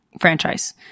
franchise